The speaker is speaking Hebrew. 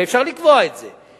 ואפשר לקבוע את זה.